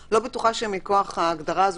אני לא בטוחה שמכוח ההגדרה של